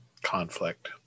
conflict